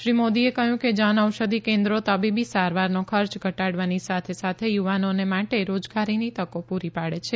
શ્રી મોદીએ કહ્યું કે જનઔષધિ કેન્દ્રો તબીબી સારવારનો ખર્ચ ઘટાડવાની સાથે સાથે યુવાનોને માટે રોજગારની તકો પૂરી પાડે છે